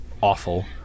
awful